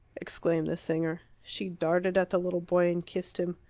exclaimed the singer. she darted at the little boy and kissed him.